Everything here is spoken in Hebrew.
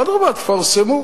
אדרבה, תפרסמו.